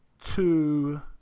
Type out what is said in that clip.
two